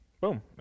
Boom